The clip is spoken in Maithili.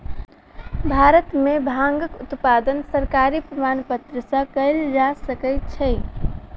भारत में भांगक उत्पादन सरकारी प्रमाणपत्र सॅ कयल जा सकै छै